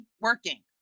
working